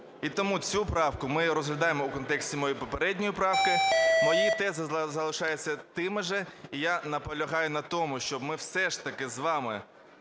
І тому цю правку ми розглядаємо в контексті моєї попередньої правки, мої тези залишаються тими же. І я наполягаю на тому, щоб ми все ж таки з вами